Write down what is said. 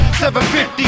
750